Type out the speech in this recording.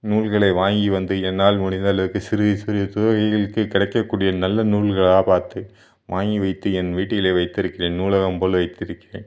நூல்களை வாங்கி வந்து என்னால் முடிந்த அளவுக்கு சிறிய சிறிய தொகைகளுக்கு கிடைக்கக்கூடிய நல்ல நூல்களாக பார்த்து வாங்கி வைத்து என் வீட்டில் வைத்திருக்கிறேன் நூலகம் போல் வைத்திருக்கிறேன்